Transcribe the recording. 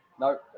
No